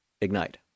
Ignite